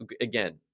again